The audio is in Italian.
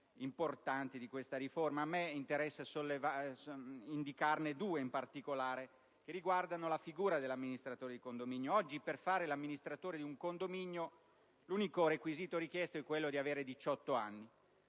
importanti di questa riforma. A me interessa indicarne due in particolare, che riguardano la figura dell'amministratore di condominio. Oggi per fare l'amministratore di un condominio l'unico requisito richiesto è quello di avere 18 anni.